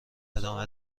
ادامه